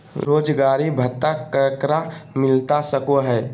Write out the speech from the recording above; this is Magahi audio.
बेरोजगारी भत्ता ककरा मिलता सको है?